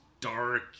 dark